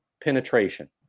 penetration